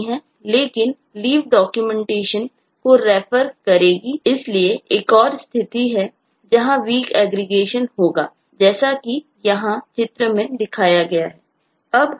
लेकिन Leave Documentaion को refer दर्शाया गया है